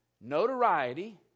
notoriety